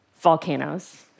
Volcanoes